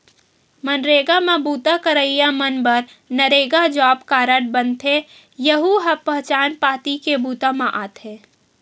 मनरेगा म बूता करइया मन बर नरेगा जॉब कारड बनथे, यहूं ह पहचान पाती के बूता म आथे